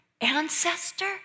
ancestor